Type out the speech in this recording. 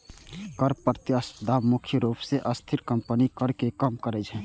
कर प्रतिस्पर्धा मुख्य रूप सं अस्थिर कंपनीक कर कें कम करै छै